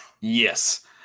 Yes